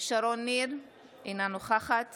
שרון ניר, אינה נוכחת